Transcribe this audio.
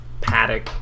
Paddock